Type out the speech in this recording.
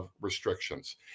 restrictions